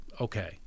okay